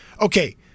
okay